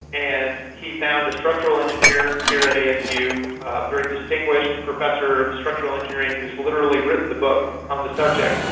and he found a structural engineer here at asu, a very distinguished professor of structural engineering who has literally written the book on the subject.